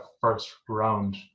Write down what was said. first-round